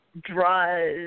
draws